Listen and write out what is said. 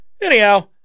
anyhow